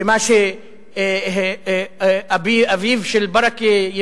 במה שאבי-אביו של ברכה,